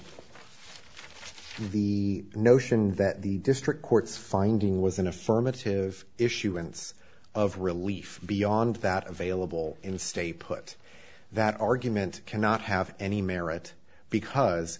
the notion that the district court's finding was an affirmative issuance of relief beyond that available in stay put that argument cannot have any merit because